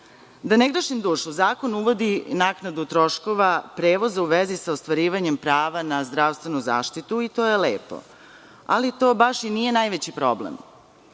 ne grešim dušu, zakon uvodi naknadu troškova, prevoza u vezi sa ostvarivanjem prava na zdravstvenu zaštitu, i to je lepo. To baš i nije najveći problem.